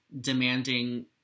demanding